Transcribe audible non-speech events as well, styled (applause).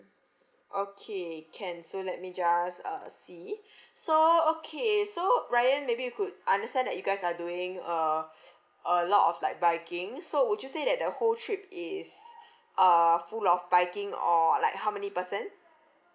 okay can so let me just uh see (breath) so okay so ryan maybe you could understand that you guys are doing a (breath) a lot of like biking so would you say that the whole trip is (breath) uh full of biking or like how many percent